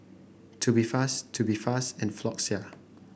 Tubifast Tubifast and Floxia